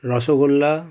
rasgulla